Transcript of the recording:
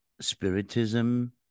spiritism